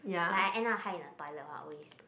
like I end up hide in a toilet one always